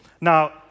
Now